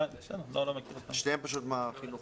לגבי נציגות ההורים,